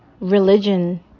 Religion